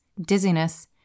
dizziness